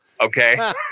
Okay